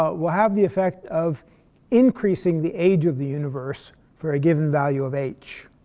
ah will have the effect of increasing the age of the universe for a given value of h.